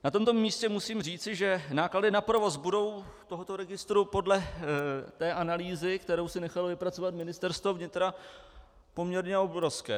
Na tomto místě musím říci, že náklady na provoz tohoto registru budou podle analýzy, kterou si nechalo vypracovat Ministerstvo vnitra, poměrně obrovské.